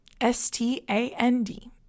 S-T-A-N-D